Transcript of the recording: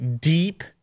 deep